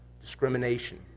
discrimination